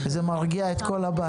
וזה מרגיע את כל הבית.